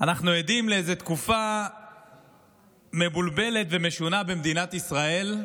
אנחנו עדים לאיזו תקופה מבולבלת ומשונה במדינת ישראל,